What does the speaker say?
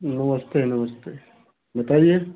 नमस्ते नमस्ते बताइए